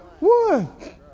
one